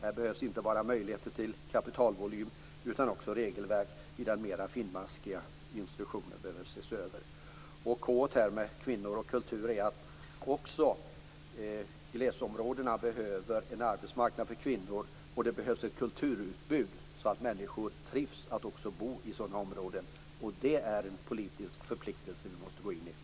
Här behövs inte bara möjligheter till kapitalvolym, utan också regelverk i den mer finmaskiga instruktionen behöver ses över. K:na i kvinnor och kultur står för att glesbygdsområdena behöver en arbetsmarknad för kvinnor, och det behövs också ett kulturutbud så att människor trivs att bo i sådana områden. Det är en politisk förpliktelse vi måste gå in i.